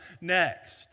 next